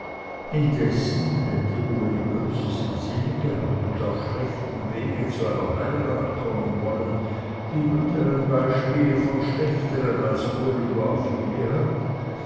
indessen hätte uli böses im sinne gehabt und auf schlechtem wege zu einer heirat kommen wollen wie man deren beispiele von schlechtern als uli war viele hat